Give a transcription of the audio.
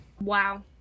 Wow